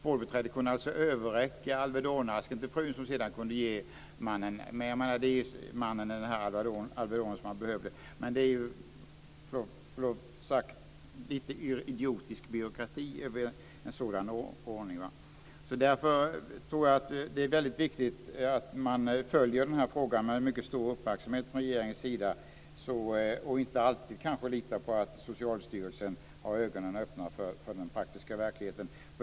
Vårdbiträdet kunde överräcka Alvdonasken till frun som sedan kunde ge sin man den Alvedon som han behövde. Med förlov sagt är det en något idiotisk byråkrati med en sådan ordning. Därför tror jag att det är väldigt viktigt att följa frågan med mycket stor uppmärksamhet från regeringens sida och kanske inte alltid lita på att Socialstyrelsen har ögonen öppna för den praktiska verkligheten.